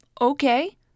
okay